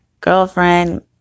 girlfriend